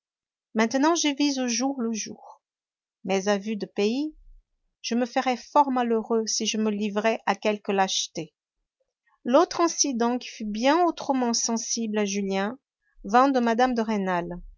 maintenant je vis au jour le jour mais à vue de pays je me ferais fort malheureux si je me livrais à quelque lâcheté l'autre incident qui fut bien autrement sensible à julien vint de mme de rênal